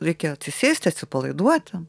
reikėjo atsisėsti atsipalaiduoti